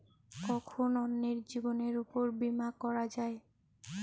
কখন অন্যের জীবনের উপর বীমা করা যায়?